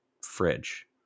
fridge